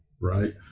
right